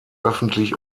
öffentlich